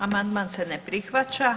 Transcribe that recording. Amandman se ne prihvaća.